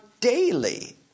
daily